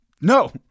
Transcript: No